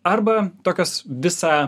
arba tokios visą